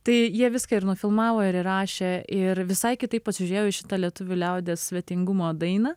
tai jie viską ir nufilmavo ir įrašė ir visai kitaip pasižiūrėjo į šitą lietuvių liaudies svetingumo dainą